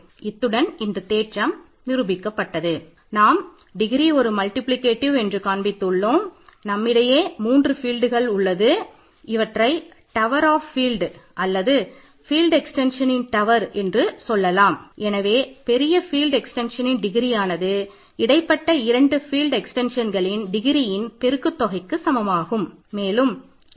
இத்துடன் இந்த தேற்றம் நிரூபிக்கப்பட்டது